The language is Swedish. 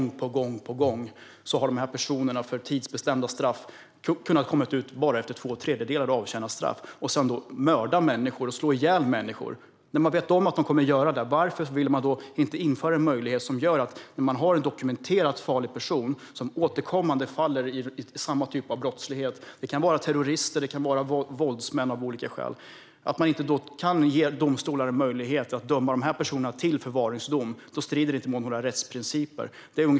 Gång på gång har de här personerna som har fått tidsbestämda straff kunnat komma ut efter att ha avtjänat bara två tredjedelar av straffet, och sedan har de mördat människor. När det gäller en dokumenterat farlig person som återkommande återfaller i samma typ av brottslighet - det kan vara terrorister eller våldsmän av olika slag - varför vill man inte införa en möjlighet för domstolar att döma de här personerna till förvaringsdom? Det strider inte mot några rättsprinciper.